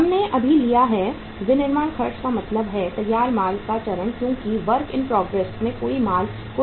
हमने अभी लिया है विनिर्माण खर्च इसका मतलब है तैयार माल का चरण क्योंकि वर्क इन प्रोग्रेस मैं कोई काम नहीं है